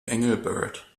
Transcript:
engelbert